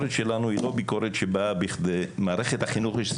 הביקורת שלנו היא לא ביקורת שבאה כדי יש קונצנזוס סביב מערכת החינוך.